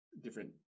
different